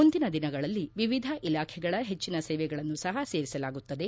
ಮುಂದಿನ ದಿನಗಳಲ್ಲಿ ವಿವಿಧ ಇಲಾಖೆಗಳ ಹೆಚ್ಚನ ಸೇವೆಗಳನ್ನು ಸಹ ಸೇರಿಸಲಾಗುತ್ತದೆ